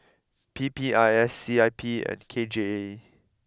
P P I S C I P and K J E